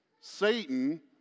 Satan